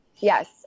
Yes